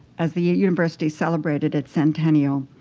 as the university celebrated its centennial,